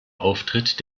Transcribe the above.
auftritt